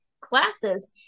classes